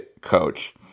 coach